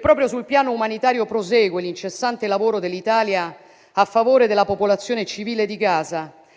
Proprio sul piano umanitario prosegue l'incessante lavoro dell'Italia a favore della popolazione civile di Gaza,